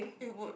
it would